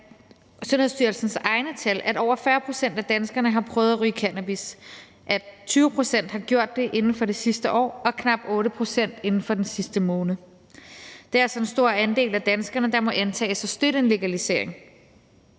at over 40 pct. af danskerne har prøvet at ryge cannabis, at 20 pct. har gjort det inden for det sidste år og knap 8 pct. inden for den sidste måned. Det er altså en stor andel af danskerne, der må antages at støtte en legalisering.